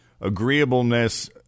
Agreeableness